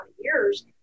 years